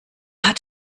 hat